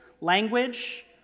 language